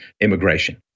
immigration